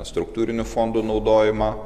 struktūrinių fondų naudojimą